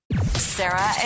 Sarah